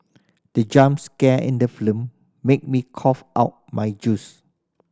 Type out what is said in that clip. the jump scare in the made me cough out my juice